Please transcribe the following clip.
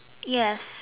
yes